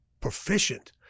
Proficient